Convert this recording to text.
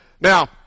Now